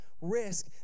risk